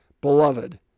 beloved